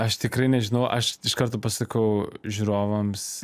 aš tikrai nežinau aš iš karto pasakau žiūrovams